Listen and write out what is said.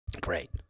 Great